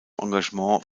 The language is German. engagement